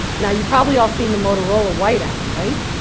now, you've probably all seen the motorola white m, right.